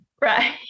Right